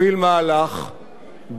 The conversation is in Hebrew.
באבחת החלטה אחת,